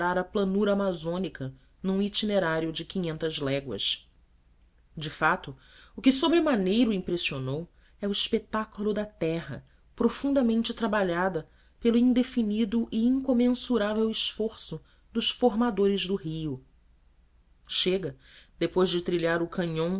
a planura amazônica num itinerário de quinhentas léguas de fato o que sobremaneira o impressionou é o espetáculo da terra profundamente trabalhada pelo indefinido e incomensurável esforço dos formadores do rio chega depois de trilhar o canyon